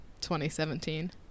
2017